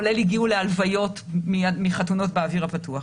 כולל הגיעו להלוויות מחתונות באוויר הפתוח.